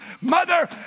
Mother